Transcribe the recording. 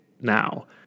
now